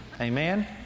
Amen